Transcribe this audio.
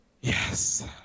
Yes